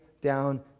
down